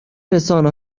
رسانه